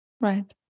right